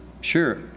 Sure